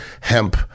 hemp